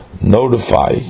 notify